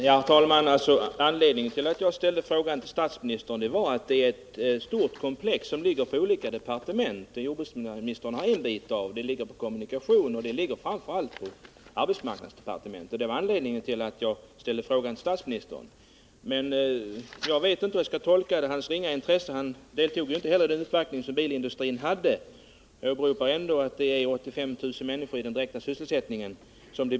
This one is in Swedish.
Herr talman! Anledningen till att jag ställde mina fråga till statsministern var att den omfattar ett stort frågekomplex som berör olika departement — den berör jordbruksministerns departement, kommunikationsdepartementet och framför allt arbetsmarknadsdepartementet. Jag vet emellertid inte hur jag skall tolka statsministerns ringa intresse för den här frågan. Han deltog inte heller i den uppvaktning som bilindustrin gjorde. Frågan berör ändå 85 000 människor i den direkta sysselsättningen.